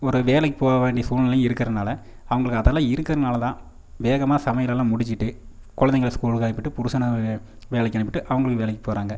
ஒரு வேலைக்கு போக வேண்டியை சூழ்நிலையும் இருக்கிறனால அவங்ளுக்கு அதெலாம் இருக்கிறனால தான் வேகமாக சமையலெல்லாம் முடிச்சுட்டு குழந்தைங்கள ஸ்கூலுக்கு அனுப்பிட்டு புருசனை வேலைக்கு அனுப்பிட்டு அவங்களும் வேலைக்கு போகிறாங்க